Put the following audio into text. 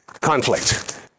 Conflict